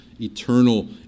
eternal